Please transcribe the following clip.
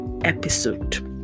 episode